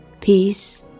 peace